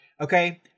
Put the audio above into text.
Okay